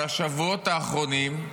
על השבועות האחרונים,